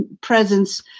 presence